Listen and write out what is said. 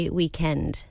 weekend